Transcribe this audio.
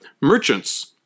merchants